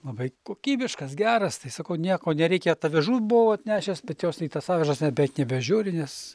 labai kokybiškas geras tai sakau nieko nereikia tą vežu buvau atnešęs bet jos nei į tas avižas net beveik nebežiūri nes